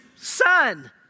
son